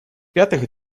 пятых